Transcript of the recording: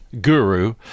guru